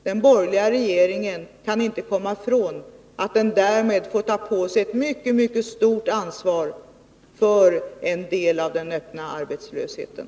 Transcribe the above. Den borgerliga regeringen kan inte komma från att den därmed får ta på sig ett mycket stort ansvar för en del av den öppna arbetslösheten.